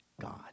God